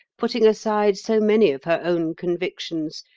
putting aside so many of her own convictions,